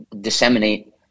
disseminate